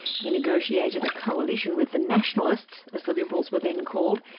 he negotiated a coalition with the nationalists, as the liberals were then called,